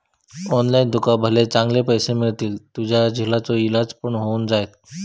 online तुका भले चांगले पैशे मिळतील, तुझ्या झिलाचो इलाज पण होऊन जायत